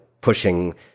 pushing